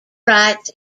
rights